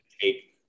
take